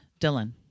Dylan